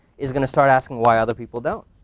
is gonna start asking why other people don't.